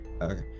Okay